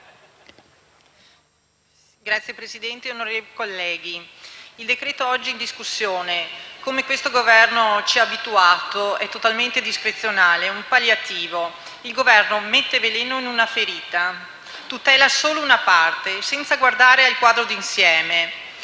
Signora Presidente, onorevoli colleghi, il decreto-legge oggi in discussione, come questo Governo ci ha abituato, è totalmente discrezionale, è un palliativo. Il Governo toglie il veleno da una ferita, tutela solo una parte senza guardare al quadro d'insieme.